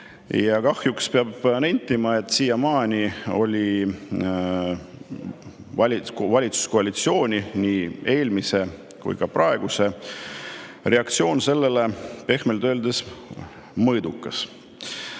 Kahjuks peab nentima, et siiamaani oli valitsuskoalitsiooni – nii eelmise kui ka praeguse – reaktsioon sellele pehmelt öeldes mõõdukas.